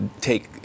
take